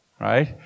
Right